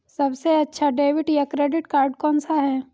सबसे अच्छा डेबिट या क्रेडिट कार्ड कौन सा है?